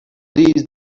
these